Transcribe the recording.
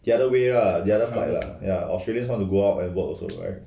the other way lah the other side lah ya australian want to go out and work also right